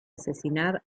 asesinar